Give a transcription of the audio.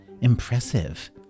Impressive